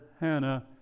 Hannah